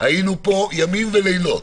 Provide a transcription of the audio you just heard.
היינו פה ימים ולילות,